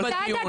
סעדה,